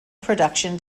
production